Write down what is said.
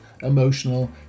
emotional